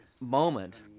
moment